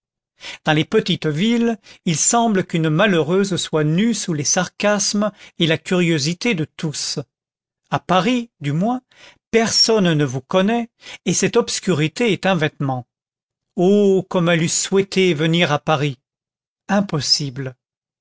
dans les petites villes il semble qu'une malheureuse soit nue sous les sarcasmes et la curiosité de tous à paris du moins personne ne vous connaît et cette obscurité est un vêtement oh comme elle eût souhaité venir à paris impossible